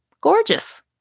Gorgeous